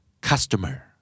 Customer